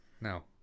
Now